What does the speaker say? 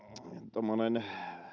tuommoinen